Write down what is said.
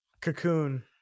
Cocoon